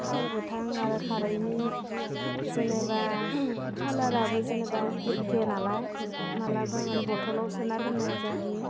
थाव गोथां आरो खारैनि जेनेबा कालाराबो जेनेबा एखे नालाय मालाबा माने बथलाव सोना दोन्नाय जायो